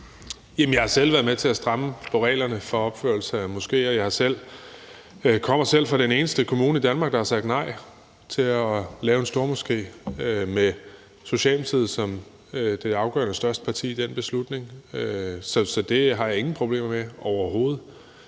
Jeg har selv været med til at stramme reglerne for opførelse af moskéer. Jeg kommer selv fra den eneste kommune i Danmark, der har sagt nej til at lave en stormoské, med Socialdemokratiet som det afgørende, største parti i den beslutning. Så det har jeg ingen problemer med overhovedet.